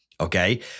Okay